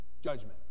Judgment